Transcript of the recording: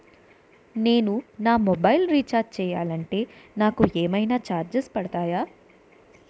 నేను నా mobile recharge చేయాలంటే నాకు ఏమైనా చార్జెస్ పడతాయా?